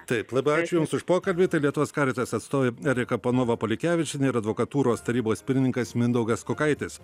taip labai ačiū jums už pokalbį tai lietuvos karitas atstovė erika panova polikevičienė ir advokatūros tarybos pirmininkas mindaugas kukaitis